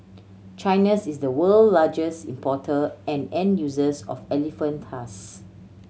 China's is the world largest importer and end users of elephant tusks